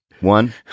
one